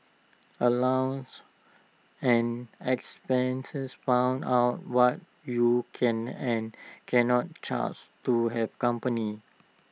allowance and expenses found out what you can and can not charge to hey company